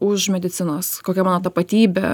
už medicinos kokia mano tapatybė